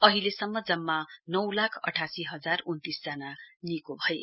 अहिलेसम्म जम्मा नौ लाख अठासी हजार उन्तीस जना निको भए